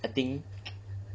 I think